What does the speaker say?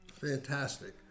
fantastic